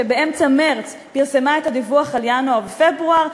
ובאמצע מרס היא פרסמה את הדיווח על ינואר ופברואר.